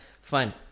fine